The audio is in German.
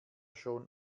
schon